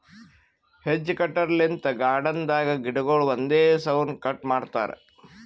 hedge cutter ಲಿಂತ್ garden ದಾಗ್ ಗಿಡಗೊಳ್ ಒಂದೇ ಸೌನ್ ಕಟ್ ಮಾಡ್ತಾರಾ